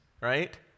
right